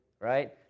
right